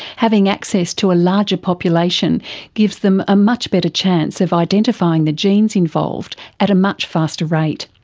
having access to a larger population gives them a much better chance of identifying the genes involved at a much faster rate.